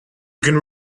can